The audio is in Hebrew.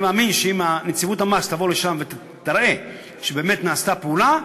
אני מאמין שאם נציבות המס תבוא לשם ותראה שבאמת נעשתה פעולה,